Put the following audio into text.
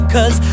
Cause